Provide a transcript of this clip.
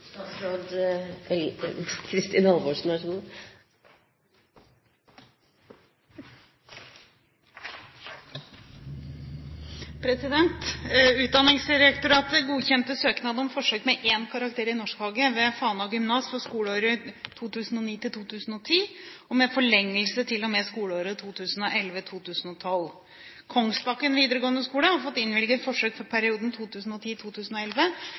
Utdanningsdirektoratet godkjente søknad om forsøk med én karakter i norskfaget ved Fana gymnas for skoleåret 2009–2010 og med forlengelse til og med skoleåret 2011–2012. Kongsbakken videregående skole har fått innvilget forsøk for perioden